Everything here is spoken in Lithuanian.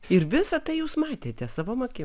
ir visa tai jūs matėte savom akim